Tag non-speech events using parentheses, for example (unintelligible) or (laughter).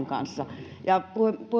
(unintelligible) kanssa ja puhemies tuli nyt